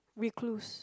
recluse